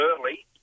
early